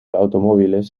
automóviles